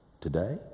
today